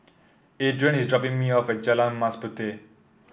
Edrien is dropping me off at Jalan Mas Puteh